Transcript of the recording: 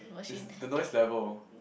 it's the noise level